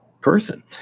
person